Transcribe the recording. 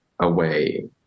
away